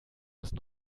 müssen